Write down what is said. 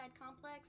complex